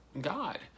God